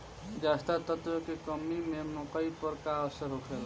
जस्ता तत्व के कमी से मकई पर का असर होखेला?